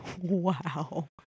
Wow